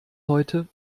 heute